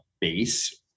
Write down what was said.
base